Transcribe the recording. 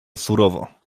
surowo